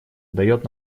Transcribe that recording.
дает